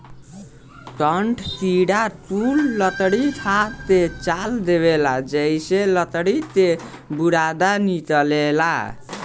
कठ किड़ा कुल लकड़ी खा के चाल देवेला जेइसे लकड़ी के बुरादा निकलेला